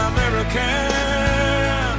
American